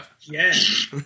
Yes